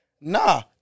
nah